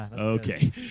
okay